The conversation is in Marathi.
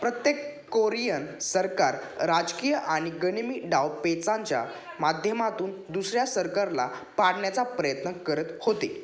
प्रत्येक कोरियन सरकार राजकीय आणि गनिमी डावपेचांच्या माध्यमातून दुसऱ्या सरकारला पाडण्याचा प्रयत्न करत होते